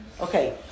Okay